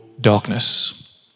darkness